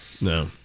No